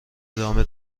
ادامه